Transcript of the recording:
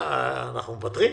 אנחנו לא מוותרים.